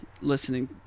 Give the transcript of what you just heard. listening